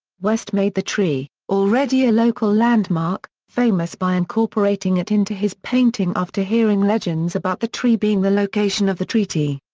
west made the tree, already a local landmark, famous by incorporating it into his painting after hearing legends about the tree being the location of the treaty.